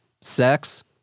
sex